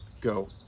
go